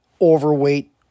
overweight